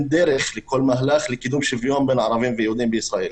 דרך לכל מהלך לקידום שוויון בין ערבים ליהודים בישראל.